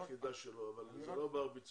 ביחידה שלו, אבל זה לא בר ביצוע.